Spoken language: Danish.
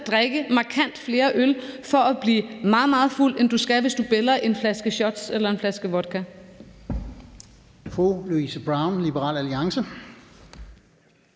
drikke markant flere øl for at blive meget, meget fuld, end du skal, hvis du bæller en flaske shots eller en flaske vodka.